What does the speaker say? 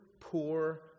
poor